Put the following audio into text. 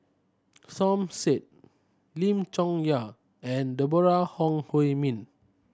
Som Said Lim Chong Yah and Deborah Ong Hui Min